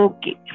Okay